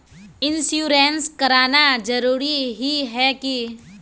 Insurance कराना जरूरी ही है की?